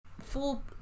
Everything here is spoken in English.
full